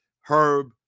Herb